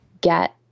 get